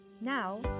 Now